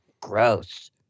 Gross